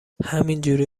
همینجوری